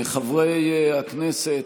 חברי הכנסת,